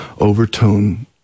overtone